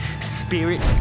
spirit